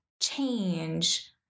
change